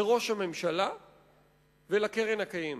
לראש הממשלה ולקרן הקיימת.